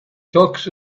tux